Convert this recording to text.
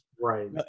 right